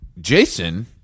Jason